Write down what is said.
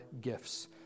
gifts